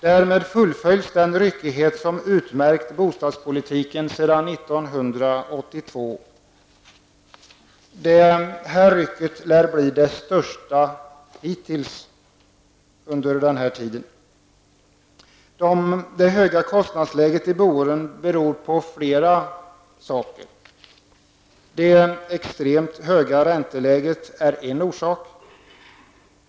Därmed fullföljs den ryckighet som har utmärkt bostadspolitiken sedan 1982. Det här rycket lär bli det största hittills under den här tiden. Det höga kostnadsläget i boendet har flera orsaker. Det extremt höga ränteläget är en orsak.